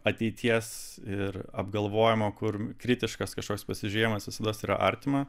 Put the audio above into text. ateities ir apgalvojama kur kritiškas kažkoks pasižiūrėjimas visados yra artima